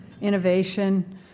innovation